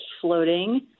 floating